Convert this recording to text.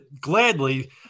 gladly